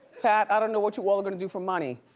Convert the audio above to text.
pat, i don't know what you all are gonna do for money.